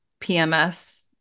PMS